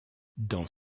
dans